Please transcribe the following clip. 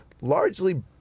largely